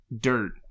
dirt